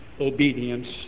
obedience